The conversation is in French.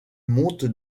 monte